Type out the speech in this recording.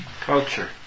culture